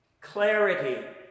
clarity